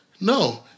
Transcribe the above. no